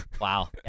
Wow